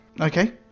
Okay